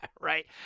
Right